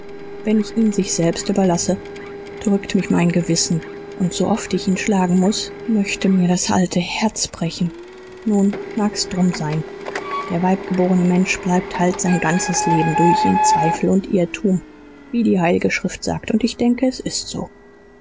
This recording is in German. wenn ich ihn sich selbst überlasse drückt mich mein gewissen und so oft ich ihn schlagen muß möchte mit das alte herz brechen nun mag's drum sein der weibgeborene mensch bleibt halt sein ganzes leben durch in zweifel und irrtum wie die heilige schrift sagt und ich denke es ist so